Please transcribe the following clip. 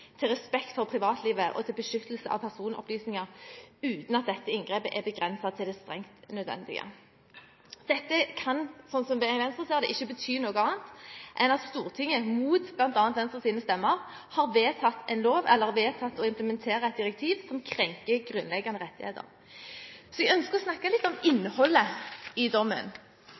til respekt for privatliv og til beskyttelse av personopplysninger, uten at dette inngrepet er begrenset til det strengt nødvendige. Dette kan, slik Venstre ser det, ikke bety annet enn at Stortinget, mot bl.a. Venstres stemmer, har vedtatt en lov eller vedtatt å implementere et direktiv som krenker grunnleggende rettigheter. Jeg ønsker å snakke litt om innholdet i dommen.